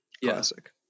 classic